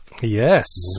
Yes